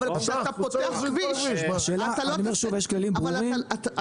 היושב ראש יש כללים ברורים.